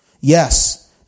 Yes